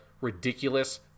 ridiculous